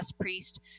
priest